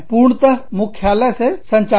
पूर्णत मुख्यालय से संचालन